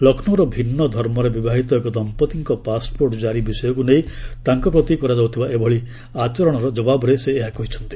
ଲକ୍ଷ୍ନୌର ଭିନ୍ନ ଧର୍ମରେ ବିବାହିତ ଏକ ଦମ୍ପତ୍ତିଙ୍କ ପାସ୍ପୋର୍ଟ ଜାରି ବିଷୟକ୍ର ନେଇ ତାଙ୍କ ପ୍ରତି କରାଯାଉଥିବା ଏଭଳି ଆଚରଣର ଜବାବରେ ସେ ଏହା କହିଚ୍ଚନ୍ତି